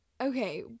okay